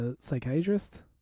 psychiatrist